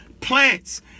plants